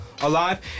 alive